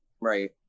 Right